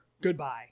goodbye